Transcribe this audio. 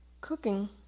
Cooking